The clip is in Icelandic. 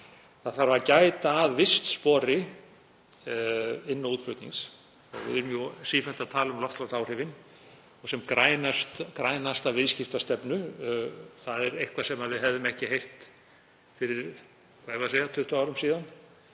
Það þarf að gæta að vistspori inn- og útflutnings. Við erum sífellt að tala um loftslagsáhrifin og sem grænasta viðskiptastefnu. Það er eitthvað sem við hefðum ekki heyrt fyrir 20 árum, eða